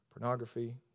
pornography